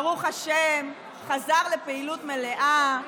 ברוך השם, חזר לפעילות מלאה,